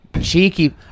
cheeky